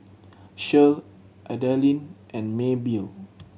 Shirl Adalynn and Maybelle